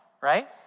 right